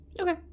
Okay